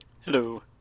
Hello